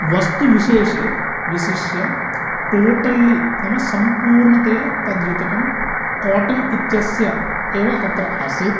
वस्तुविशेषे विशिष्य टोटल्लि नाम सम्पूर्णतया तद् युतकं कोटन् इत्यस्य एव तत्र आसीत्